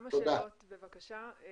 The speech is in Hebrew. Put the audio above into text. כמה שאלות, אם